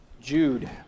Jude